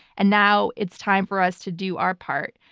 and now it's time for us to do our part.